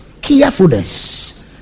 carefulness